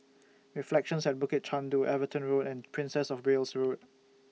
Reflections At Bukit Chandu Everton Road and Princess of Wales Road